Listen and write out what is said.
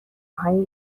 های